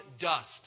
dust